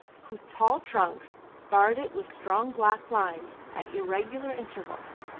whose tall trunks barred it with strong black lines at irregular intervals,